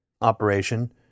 operation